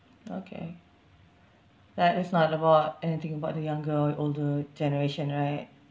okay that is not about anything about the younger older generation right